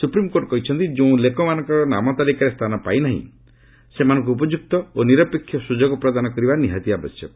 supreme court କହିଛନ୍ତି ଯେଉଁ ଲୋକମାନଙ୍କର ନାମ ତାଲିକାରେ ସ୍ଥାନ ପାଇ ନାହିଁ ସେମାନଙ୍କୁ ଉପଯୁକ୍ତ ଓ ନିରପେକ୍ଷ ସୁଯୋଗ ପ୍ରଦାନ କରିବା ନିହାତି ଆବଶ୍ୟକ